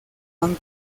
han